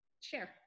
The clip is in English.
share